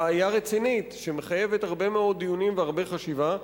בעיה רצינית שמחייבת הרבה מאוד דיונים והרבה חשיבה.